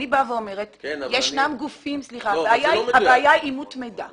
הבעיה היא אימות מידע.